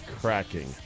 cracking